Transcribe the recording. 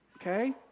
Okay